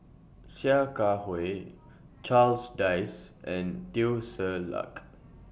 Sia Kah Hui Charles Dyce and Teo Ser Luck